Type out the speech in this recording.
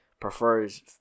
prefers